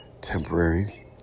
temporary